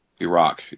Iraq